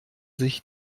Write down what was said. sich